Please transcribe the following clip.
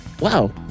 Wow